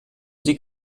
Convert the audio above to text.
sie